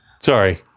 Sorry